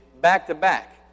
back-to-back